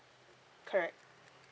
correct